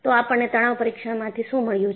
તોઆપણને તણાવ પરીક્ષણ માંથી શું મળ્યું છે